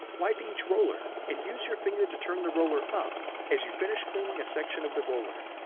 wipe each roller and use your finger to turn the roller up as you finish cleaning a section of the roller.